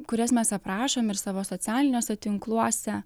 kurias mes aprašom ir savo socialiniuose tinkluose